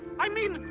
i mean,